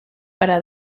para